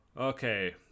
Okay